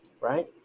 right